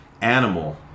Animal